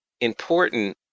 important